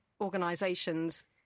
organisations